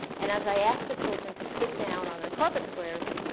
and as i asked the children to sit down on their carpet squares,